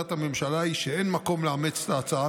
עמדת הממשלה היא שאין מקום לאמץ את ההצעה,